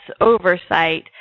oversight